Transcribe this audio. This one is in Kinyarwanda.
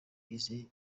izi